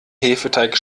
hefeteig